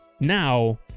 Now